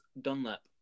Dunlap